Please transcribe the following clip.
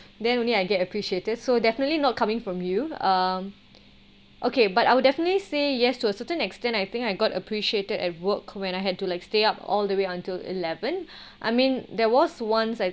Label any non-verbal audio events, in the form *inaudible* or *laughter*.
then only I get appreciated so definitely not coming from you um okay but I would definitely say yes to a certain extent I think I got appreciated at work when I had to like stay up all the way until eleven *breath* I mean there was once I